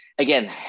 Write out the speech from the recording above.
Again